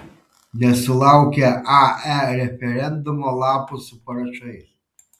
nesulaukia ae referendumo lapų su parašais